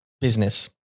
business